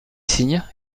signes